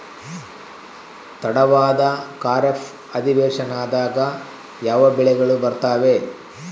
ತಡವಾದ ಖಾರೇಫ್ ಅಧಿವೇಶನದಾಗ ಯಾವ ಬೆಳೆಗಳು ಬರ್ತಾವೆ?